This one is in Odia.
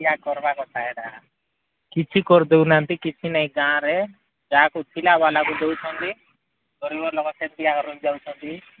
ଏମିତି ଏକା କରିବା କଥା ହେଟା କିଛି କରିଦେଉ ନାହାନ୍ତି କିଛି ନାଇଁ ଗାଁରେ ଗାଁକୁ ଥିଲା ବାଲାକୁ ଦେଉଛନ୍ତି ଗରିବ ଲୋକ ସେମିତି ଏକା ରହି ଯାଉଛନ୍ତି